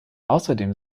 außerdem